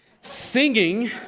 Singing